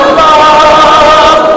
love